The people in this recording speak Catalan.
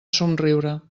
somriure